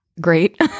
great